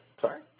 Sorry